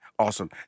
Awesome